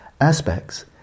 aspects